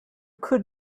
could